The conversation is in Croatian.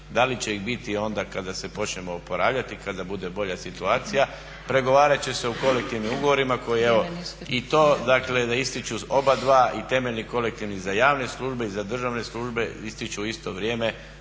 Da li će ih biti onda kada se počnemo oporavljati, kada bude bolja situacija pregovarat će se u kolektivnim ugovorima koji evo i to, dakle da ističu oba dva i temeljni kolektivni za javne službe i za državne službe ističu u isto vrijeme